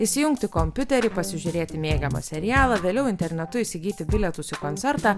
įsijungti kompiuterį pasižiūrėti mėgiamą serialą vėliau internetu įsigyti bilietus į koncertą